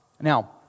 Now